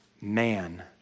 man